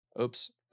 oops